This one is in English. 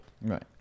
Right